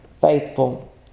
faithful